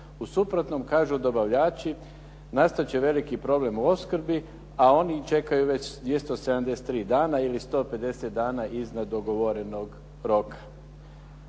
U suprotnom, kažu dobavljači, nastat će veliki problem u opskrbi, a oni čekaju već 273 dana ili 150 dana iznad dogovorenog roka,